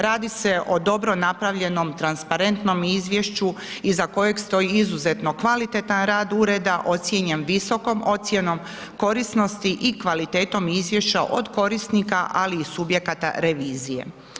Radi se o dobro napravljenom, transparentnom izvješću iza kojeg stoji izuzetno kvalitetan rad ureda ocijenjen visokom ocjenom korisnosti i kvalitetom izvješća od korisnika, ali i subjekata revizije.